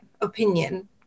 opinion